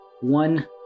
one